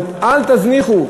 אבל אל תזניחו.